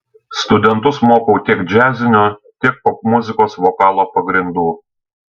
studentus mokau tiek džiazinio tiek popmuzikos vokalo pagrindų